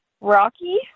Rocky